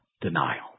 denial